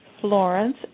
Florence